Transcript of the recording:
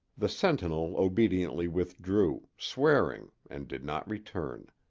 the sentinel obediently withdrew, swearing, and did not return.